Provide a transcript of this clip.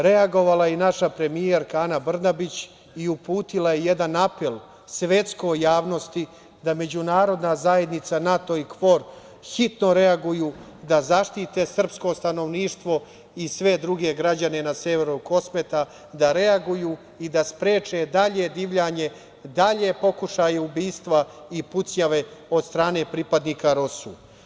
Reagovala je naša premijerka, Ana Brnabić i uputila je jedan apel svetskoj javnosti da međunarodna zajednica NATO i KFOR hitno reaguju da zaštite srpsko stanovništvo i sve druge građane na severu Kosmeta, da reaguju i da spreče dalje divljanje, dalje pokušaje ubistva i pucnjave od strane pripadnika ROSU.